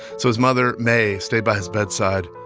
so his mother, mae, stayed by his bedside,